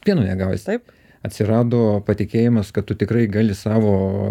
pieno negausi taip atsirado patikėjimas kad tu tikrai gali savo